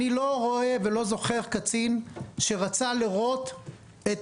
אני לא רואה ולא זוכר קצין שרצה לראות את